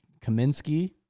Kaminsky